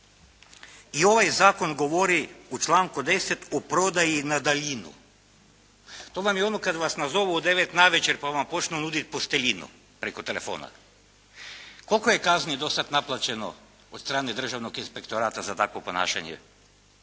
i ovaj Zakon govori, u članku 10. o prodaji na daljinu. To vam je ono kada vas nazovu u 9 navečer pa vam počnu nuditi posteljinu preko telefona. Koliko je kazni do sada naplaćeno od strane državnog inspektorata za takvo ponašanje?